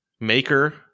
Maker